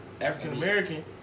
African-American